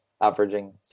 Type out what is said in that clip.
averaging